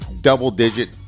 double-digit